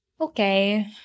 Okay